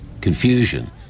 confusion